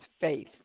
faith